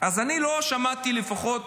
אז אני לא שמעתי, לפחות